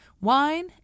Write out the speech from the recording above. wine